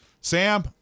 Sam